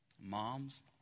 Moms